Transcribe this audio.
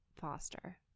Foster